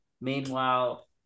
Meanwhile